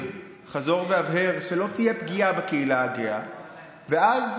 חזור והבהר שלא תהיה פגיעה בקהילה הגאה ואז,